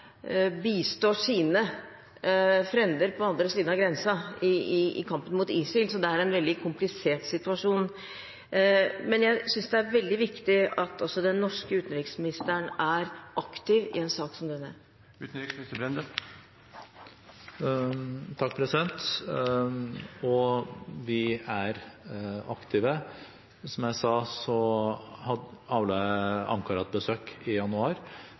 bistår sine frender på den andre siden av grensen i kampen mot ISIL, så det er en veldig komplisert situasjon. Men jeg synes det er veldig viktig at også den norske utenriksministeren er aktiv i en sak som denne. Og vi er aktive. Som jeg sa, avla jeg Ankara et besøk i januar